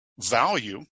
value